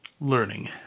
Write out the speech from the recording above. learning